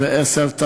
110),